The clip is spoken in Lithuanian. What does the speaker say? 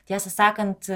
tiesą sakant